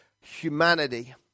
humanity